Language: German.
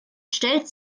stellt